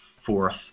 fourth